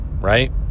right